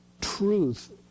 truth